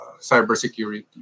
cybersecurity